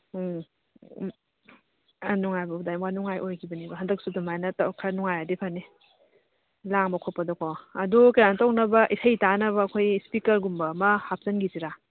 ꯎꯝ ꯋꯥꯅꯨꯡꯉꯥꯏꯕꯕꯨꯗꯤ ꯋꯥꯅꯨꯡꯉꯥꯏ ꯑꯣꯏꯈꯤꯕꯅꯦꯕ ꯍꯟꯗꯛꯁꯨ ꯑꯗꯨꯃꯥꯏꯅ ꯈꯔ ꯅꯨꯡꯉꯥꯏꯔꯗꯤ ꯐꯅꯤ ꯂꯥꯡꯕ ꯈꯣꯠꯄꯗꯣꯀꯣ ꯑꯗꯨ ꯀꯩꯅꯣ ꯇꯧꯅꯕ ꯏꯁꯩ ꯇꯥꯅꯕ ꯑꯩꯈꯣꯏ ꯏꯁꯄꯤꯀꯔꯒꯨꯝꯕ ꯑꯃ ꯍꯥꯞꯆꯟꯈꯤꯁꯤꯔ